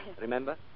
Remember